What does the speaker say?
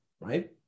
right